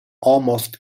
almost